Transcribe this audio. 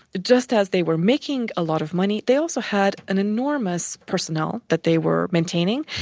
just as they were making a lot of money, they also had an enormous personnel that they were maintaining.